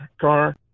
car